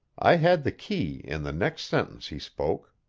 i had the key in the next sentence he spoke.